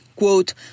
quote